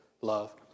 love